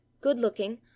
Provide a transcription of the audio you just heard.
good-looking